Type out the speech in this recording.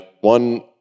one